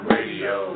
Radio